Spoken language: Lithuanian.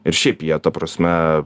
ir šiaip jie ta prasme